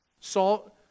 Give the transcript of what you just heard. Salt